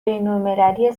بینالمللی